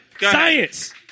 Science